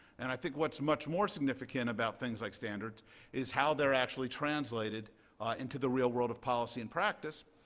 and i think what's much more significant about things like standards is how they're actually translated into the real world of policy and practice.